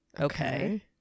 Okay